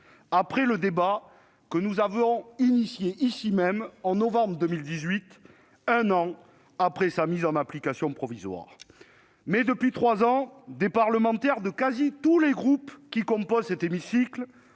après le débat que nous avons organisé ici même, en novembre 2018, un an après la mise en application provisoire de cet accord ! Depuis trois ans, des parlementaires de presque tous les groupes qui composent cet hémicycle